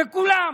בכולם,